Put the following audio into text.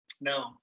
No